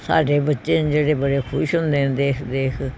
ਸਾਡੇ ਬੱਚੇ ਨੇ ਜਿਹੜੇ ਬੜੇ ਖੁਸ਼ ਹੁੰਦੇ ਨੇ ਦੇਖ ਦੇਖ